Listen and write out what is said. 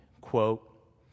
quote